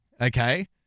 okay